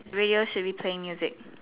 radio should be playing music